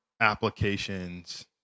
applications